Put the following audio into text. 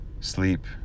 sleep